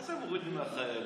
אז הם מורידים מהחיילים,